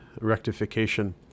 rectification